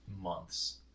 months